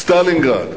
סטלינגרד,